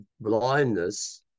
blindness